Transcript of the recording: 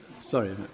sorry